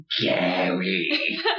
Gary